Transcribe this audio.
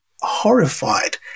horrified